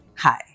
Hi